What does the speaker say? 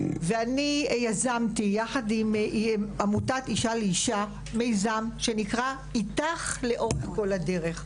ואני יזמתי יחד עם עמותת אישה לאישה מיזם שנקרא "איתך לאורך כל הדרך",